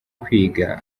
kwiga